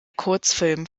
kurzfilmen